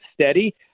steady